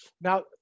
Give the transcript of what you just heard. Now